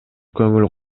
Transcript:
көңүл